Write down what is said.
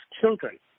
children